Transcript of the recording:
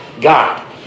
God